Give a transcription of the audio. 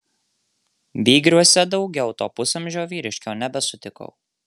vygriuose daugiau to pusamžio vyriškio nebesutikau